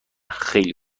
خیلی